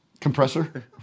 Compressor